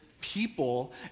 people